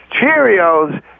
Cheerios